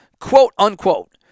quote-unquote